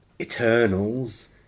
Eternals